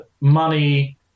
money